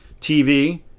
TV